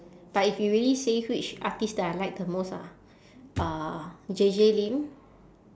but if you really say which artist that I like the most ah uh J J lin